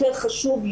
יותר חשוב,